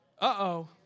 Uh-oh